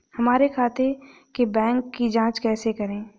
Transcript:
हमारे खाते के बैंक की जाँच कैसे करें?